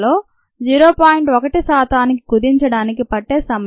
1 శాతానికి కుదించటానికి పట్టే సమయం